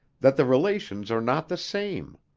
that the relations are not the same.